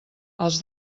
els